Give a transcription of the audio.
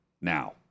now